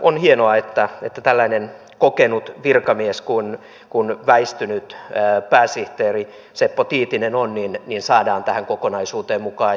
on hienoa että tällainen kokenut virkamies kuin väistynyt pääsihteeri seppo tiitinen saadaan tähän kokonaisuuteen mukaan